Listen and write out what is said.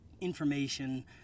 information